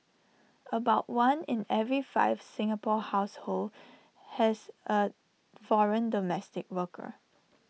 about one in every five Singapore households has A foreign domestic worker